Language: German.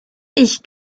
ich